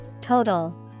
Total